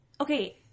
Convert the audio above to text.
okay